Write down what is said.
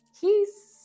Peace